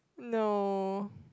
no